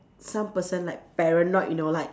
some person like paranoid you know like